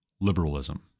liberalism